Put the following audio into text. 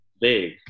big